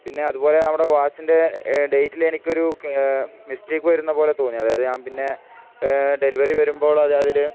പിന്നെ അതുപോലെ നമ്മുടെ വാച്ചിൻ്റെ ഡേറ്റിൽ എനിക്ക് ഒരു മിസ്റ്റേക്ക് വരുന്നത് പോലെ തോന്നി അതായത് ഞാൻ പിന്നെ ഡെലിവറി വരുമ്പോൾ അതിൽ